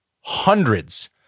hundreds